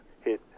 hit